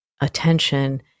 attention